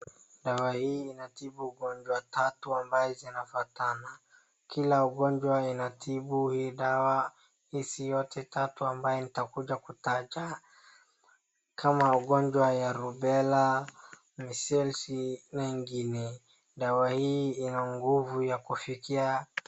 Dawa hii inatibu ugonjwa tatu ambazo zinafuatana, kila ugonjwa inatibu hii dawa hizi zote tatu ambaye ntakuja kutaja, kama ugonjwa ya rubela, measles na nyingine. Dawa hii ina nguvu ya kfikia.